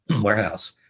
warehouse